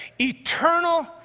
eternal